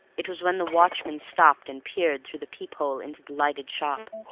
it was when the watchman stopped and peered through the peep-hole into the lighted shop.